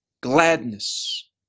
gladness